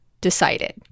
decided